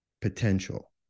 potential